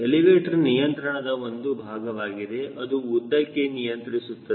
elevator ನಿಯಂತ್ರಣದ ಒಂದು ಭಾಗವಾಗಿದೆ ಅದು ಉದ್ದಕ್ಕೆ ನಿಯಂತ್ರಿಸುತ್ತದೆ